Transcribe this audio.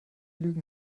lügen